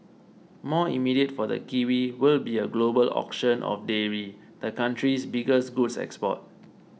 more immediate for the kiwi will be a global auction of dairy the country's biggest goods export